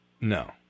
No